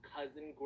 Cousin